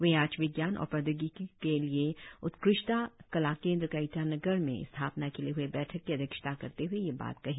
वे आज विज्ञान और प्रौद्योगिकों के लिए उत्कृष्ट कला केंद्र का ईटानगर में स्थापना के लिए हए बैठक की अध्यक्षता करते हए यह बात कही